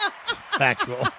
Factual